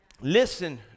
Listen